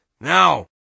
Now